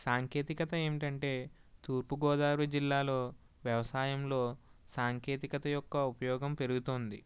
సాంకేతికత ఏమిటంటే తూర్పుగోదావరి జిల్లాలో వ్యవసాయంలో సాంకేతికత యొక్క ఉపయోగం పెరుగుతు ఉంది